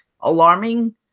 alarming